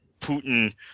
putin